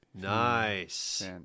Nice